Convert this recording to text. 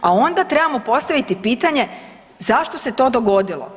A onda trebamo postaviti pitanje zašto se to dogodilo.